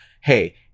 hey